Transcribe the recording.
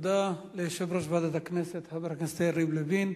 תודה ליושב-ראש ועדת הכנסת, חבר הכנסת יריב לוין.